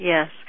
Yes